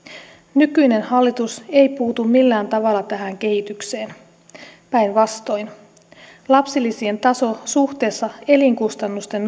nykyinen hallitus ei puutu millään tavalla tähän kehitykseen päinvastoin lapsilisien taso suhteessa elinkustannusten